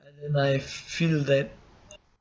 and then I feel that